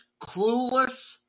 clueless